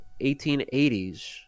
1880s